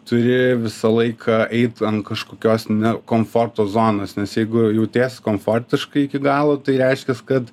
turi visą laiką eit ant kažkokios ne komforto zonos nes jeigu jautiesi komfortiškai iki galo tai reiškias kad